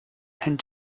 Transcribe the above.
and